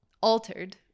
altered